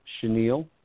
chenille